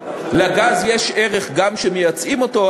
לגז יש ערך גם כשמייצאים אותו,